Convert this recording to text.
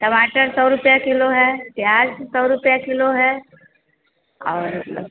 टमाटर सौ रुपया किलो है प्याज़ सौ रुपया किलो है और सब